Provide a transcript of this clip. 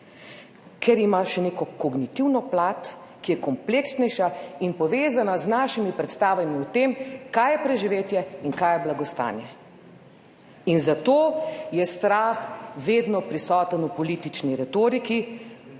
ker ima še neko kognitivno plat, ki je kompleksnejša in povezana z našimi predstavami o tem, kaj je preživetje in kaj je blagostanje. Zato je strah vedno prisoten v politični retoriki,